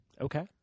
Okay